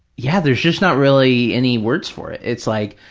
yeah there's just not really any words for it. it's like,